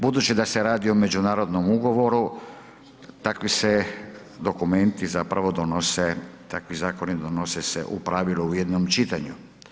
Budući da se radi o međunarodnom ugovoru takvi se dokumenti zapravo donose, takvi zakoni donose se u pravilu u jednom čitanju.